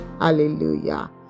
Hallelujah